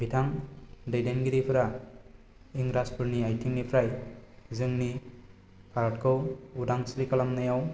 बिथां दैदेनगिरिफोरा इंराजफोरनि आइथिंनिफ्राय जोंनि भारतखौ उदांस्रि खालामनायाव